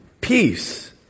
peace